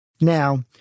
Now